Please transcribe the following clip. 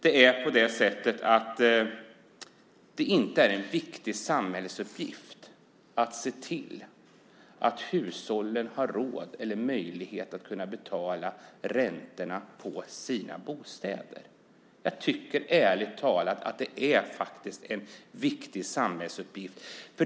Men jag tycker inte att det inte är en viktig samhällsuppgift att se till att hushållen har råd och möjlighet att betala räntorna på sina bostäder. Jag tycker ärligt talat att det är en viktig samhällsuppgift.